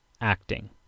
acting